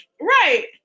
right